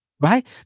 right